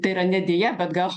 tai yra ne deja bet gal